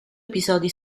episodi